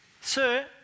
Sir